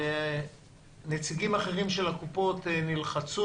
נציגים אחרים של הקופות נלחצו.